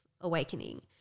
awakening